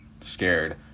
scared